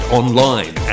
online